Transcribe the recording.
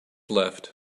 left